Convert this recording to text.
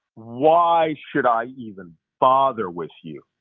why should i even bother with you?